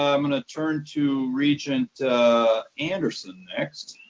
i'm going to turn to regent anderson next.